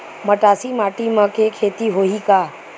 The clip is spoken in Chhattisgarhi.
मटासी माटी म के खेती होही का?